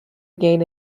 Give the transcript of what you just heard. gain